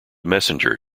messenger